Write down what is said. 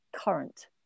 current